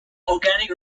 organic